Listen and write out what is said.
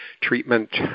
treatment